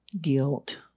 guilt